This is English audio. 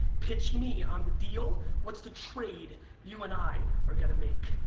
pitch me on the deal. what's the trade you and i are gonna make?